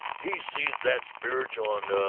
he sees that spiritual and, ah,